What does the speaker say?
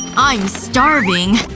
i'm starving.